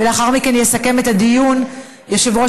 ולאחר מכן יסכם את הדיון יושב-ראש